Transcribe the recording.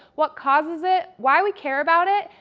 what causes it, why we care about it,